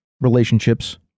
relationships